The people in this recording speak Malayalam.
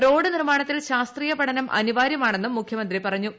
റോഡ് നിർമ്മാണത്തിൽ ശാസ്ത്രീയ പഠനം അനിവാര്യമാണെന്നും മുഖ്യമന്ത്രി പറഞ്ഞു